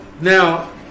Now